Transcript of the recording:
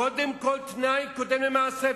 קודם כול, תנאי קודם למעשה.